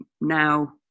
now